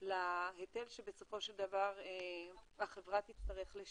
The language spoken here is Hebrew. להיטל שבסופו של דבר החברה תצטרך לשלם.